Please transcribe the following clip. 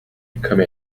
come